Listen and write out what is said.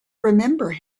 remember